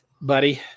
buddy